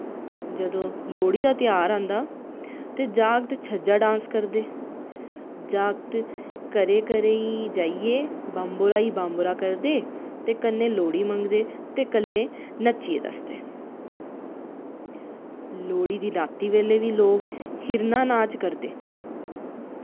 जदूं लोह्ड़ी दा ध्यार औंदा ते जागत छज्जा डांस करदे जागत् घरै घरै जाइये बंबरा भई बंबरा करदे ते कन्नै लोह्ड़ी मंगदे ते कन्नै नच्चियै दस्सदे लोह्ड़ी दे रातीं बेल्लै बी लोग हिरण नाच करदे